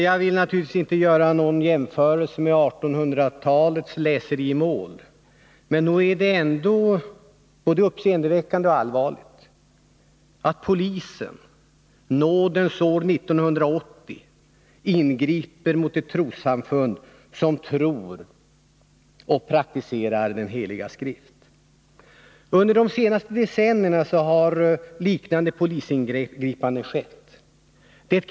Jag vill naturligtvis inte göra någon jämförelse med 1800-talets ”läserimål”, men nog är det både uppseendeväckande och allvarligt att polisen — nådens år 1980 —-ingriper mot ett trossamfund som tror på och praktiserar den heliga skrift. Under de senaste decennierna har liknande polisingripanden skett.